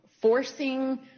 forcing